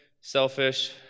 selfish